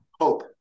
Hope